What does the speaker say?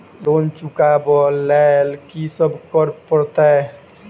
Loan चुका ब लैल की सब करऽ पड़तै?